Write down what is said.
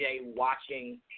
watching